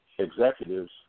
executives